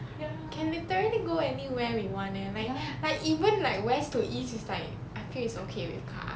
can literally go anywhere we want eh like like even like west to east it's like I feel it's okay with car